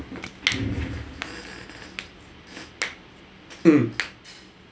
mm